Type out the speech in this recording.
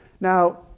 Now